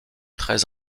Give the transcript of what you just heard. très